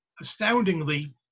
astoundingly